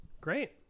Great